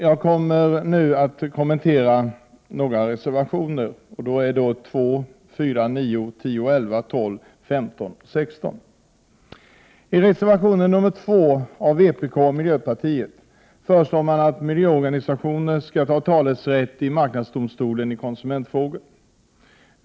Jag avser nu att kommentera några reservationer, nämligen reservationerna 2, 4, 9-12 samt 15 och 16. I reservation 2 från vpk och miljöpartiet föreslås att miljöorganisationer skall ha talerätt i marknadsdomstolen i konsumentfrågor.